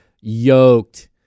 yoked